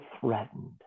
threatened